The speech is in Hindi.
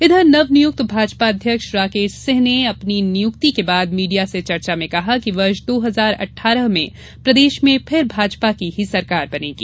इधर नवनियुक्त भाजपाध्यक्ष राकेश सिंह ने अपनी नियुक्ति के बाद मीडिया से चर्चा में कहा कि वर्ष दो हजार अठारह में प्रदेश में फिर भाजपा की सरकार बनेगी